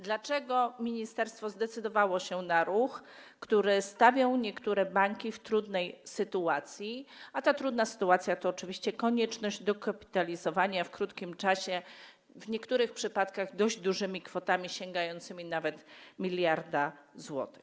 Dlaczego ministerstwo zdecydowało się na ruch, który stawiał niektóre banki w trudnej sytuacji, a ta trudna sytuacja to oczywiście konieczność dokapitalizowania w krótkim czasie, w niektórych przypadkach dość dużymi kwotami, sięgającymi nawet 1 mld zł?